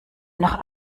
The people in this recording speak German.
noch